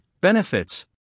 Benefits